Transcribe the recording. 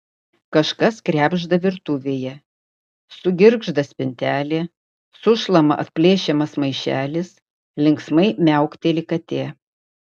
kažkas krebžda virtuvėje sugirgžda spintelė sušlama atplėšiamas maišelis linksmai miaukteli katė